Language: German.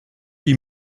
die